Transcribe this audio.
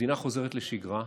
המדינה חוזרת לשגרה.